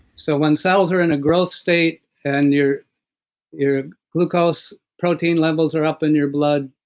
so when cells are in a growth state, and your your glucose protein levels are up in your blood,